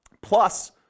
plus